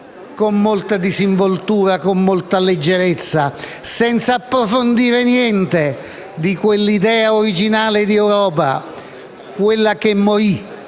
con molta disinvoltura e con molta leggerezza, senza approfondire niente di quell'idea originale di Europa che morì